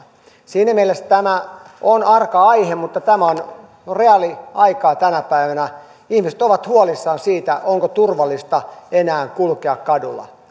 siinä mielessä tämä on arka aihe mutta tämä on reaaliaikaa tänä päivänä ihmiset ovat huolissaan siitä onko turvallista enää kulkea kadulla